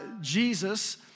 Jesus